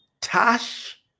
Tash